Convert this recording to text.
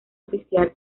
oficial